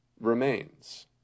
remains